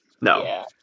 No